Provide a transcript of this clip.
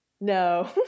No